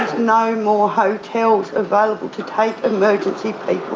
no more hotels available to take emergency people.